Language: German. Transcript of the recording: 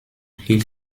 hielt